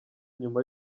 nyuma